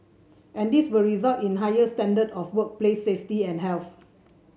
and this will result in a higher standard of workplace safety and health